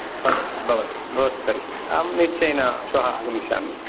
भवतु भवतु भवतु तर्हि अहं निश्चयेन श्वः आगमिष्यामि